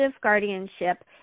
guardianship